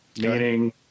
meaning